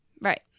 Right